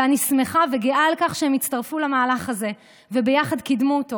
ואני שמחה וגאה על כך שהם הצטרפו למהלך הזה וביחד קידמו אותו.